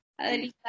Adelita